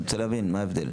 אני רוצה להבין, מה ההבדל?